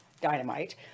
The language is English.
dynamite